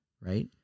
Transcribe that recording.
right